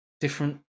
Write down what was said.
different